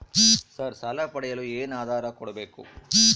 Sir ಸಾಲ ಪಡೆಯಲು ಏನು ಆಧಾರ ಕೋಡಬೇಕು?